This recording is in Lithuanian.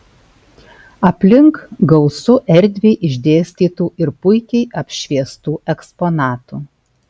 aplink gausu erdviai išdėstytų ir puikiai apšviestų eksponatų